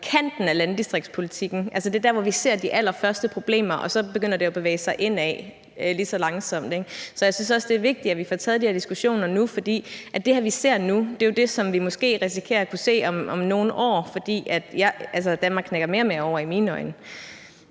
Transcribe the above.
kanten af landdistriktspolitikken, altså det er der, hvor vi ser de allerførste problemer, og så begynder det bevæge sig indad lige så langsomt, ikke? Så jeg synes også, at det er vigtigt, at vi får taget de her diskussioner nu. For det her, vi ser nu, er jo det, som vi måske risikerer at kunne se om nogle år, fordi Danmark i mine øjne knækker mere og mere over. Kl.